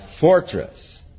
fortress